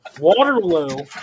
Waterloo